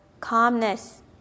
calmness